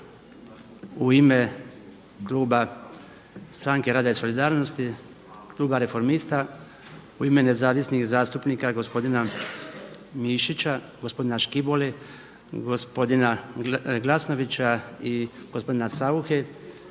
u ime kluba Stranke rada i solidarnosti, kluba Reformista, u ime nezavisnih zastupnika gospodina Mišića, gospodina Škibole, gospodina Glasnovića i gospodina Sauche